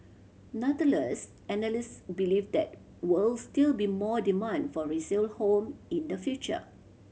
nonetheless analyst believe that will still be more demand for resale home in the future